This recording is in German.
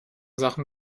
sachen